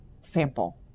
sample